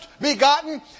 begotten